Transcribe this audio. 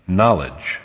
knowledge